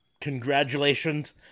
congratulations